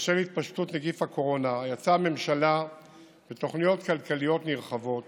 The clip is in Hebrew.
בשל התפשטות נגיף הקורונה יצאה הממשלה בתוכניות כלכליות נרחבות